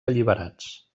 alliberats